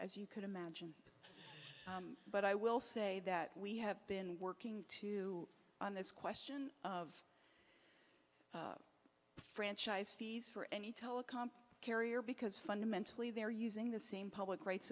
as you could imagine but i will say that we have been working to on this question of franchise fees for any telecom carrier because fundamentally they're using the same public rights